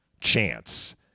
chance